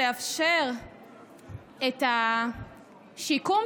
לאפשר את השיקום,